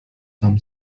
tam